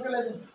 ಕರೀತಾರೆ